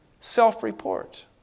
self-report